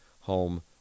home